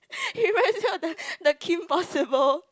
he reminds me of the the Kim Possible